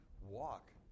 walk